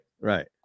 Right